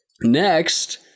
Next